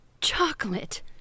Chocolate